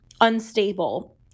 unstable